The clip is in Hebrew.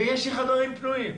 ויש לי חדרים פנויים.